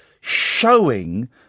showing